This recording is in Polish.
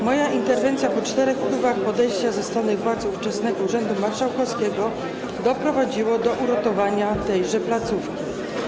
Moja interwencja, po czterech próbach podejścia ze strony władz ówczesnego urzędu marszałkowskiego, doprowadziła do uratowania tejże placówki.